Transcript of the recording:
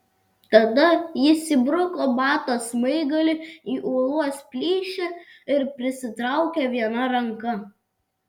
tada jis įbruko bato smaigalį į uolos plyšį ir prisitraukė viena ranka